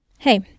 Hey